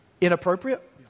Inappropriate